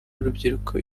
y’urubyiruko